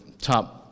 top